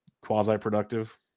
quasi-productive